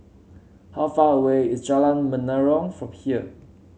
how far away is Jalan Menarong from here